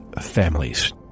families